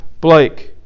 Blake